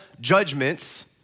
judgments